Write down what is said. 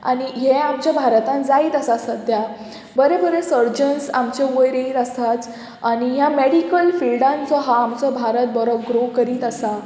आनी हें आमच्या भारतान जायत आसा सद्यां बरे बरे सर्जन्स आमचे वयर येता आसाच आनी ह्या मेडिकल फिल्डान जो आहा आमचो भारत बरो ग्रो करीत आसा